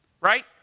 Right